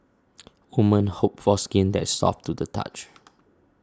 women hope for skin that is soft to the touch